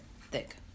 thick